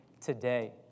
today